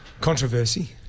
Controversy